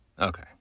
Okay